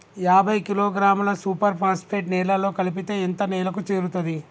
యాభై కిలోగ్రాముల super phosphate నేలలో కలిపితే ఎంత నేలకు చేరుతది?